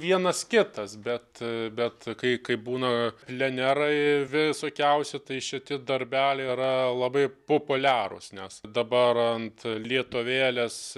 vienas kitas bet bet kai kai būna plenerai visokiausi tai šitie darbeliai yra labai populiarūs nes dabar ant lietuvėlės